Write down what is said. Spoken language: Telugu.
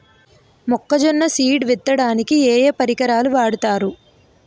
మొక్కజొన్న సీడ్ విత్తడానికి ఏ ఏ పరికరాలు వాడతారు?